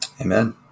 Amen